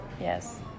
Yes